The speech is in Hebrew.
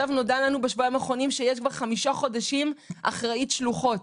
נודע לנו בשבועיים האחרונים שיש כבר חמישה חודשים אחראית שלוחות,